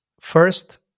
first